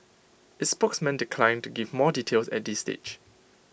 its spokesman declined to give more details at this stage